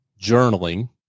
journaling